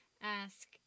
ask